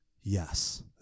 yes